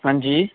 ਹਾਂਜੀ